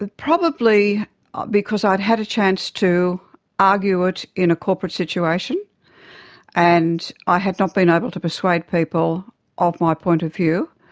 ah probably because i'd had a chance to argue it in a corporate situation and i had not been able to persuade people of my point of view.